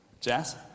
Jazz